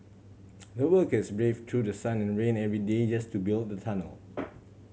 the workers braved through the sun and rain every day yes to build the tunnel